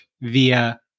via